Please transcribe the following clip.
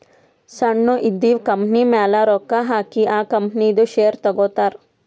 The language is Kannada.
ಸಣ್ಣು ಇದ್ದಿವ್ ಕಂಪನಿಮ್ಯಾಲ ರೊಕ್ಕಾ ಹಾಕಿ ಆ ಕಂಪನಿದು ಶೇರ್ ತಗೋತಾರ್